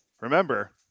Remember